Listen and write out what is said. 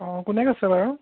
অঁ কোনে কৈছে বাৰু